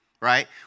right